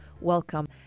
welcome